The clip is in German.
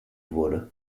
wurde